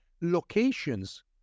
locations